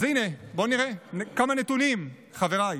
אז הינה, בואו נראה כמה נתונים, חבריי.